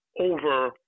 over –